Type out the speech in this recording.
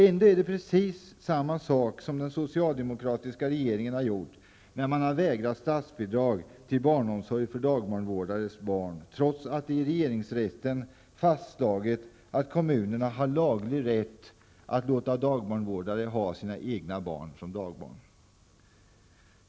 Det är ändå precis samma sak som den socialdemokratiska regeringen har gjort, när man har vägrat att ge statsbidrag till barnomsorg för dagbarnvårdares barn, trots att det i regeringsrätten fastslagits att kommunerna har laglig rätt att låta dagbarnvårdare ha sina egna barn som dagbarn.